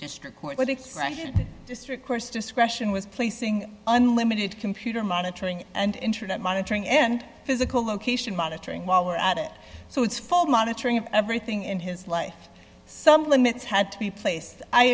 with district course discretion was placing unlimited computer monitoring and internet monitoring and physical location monitoring while we're at it so it's full monitoring of everything in his life some limits had to be placed i